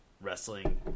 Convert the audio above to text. wrestling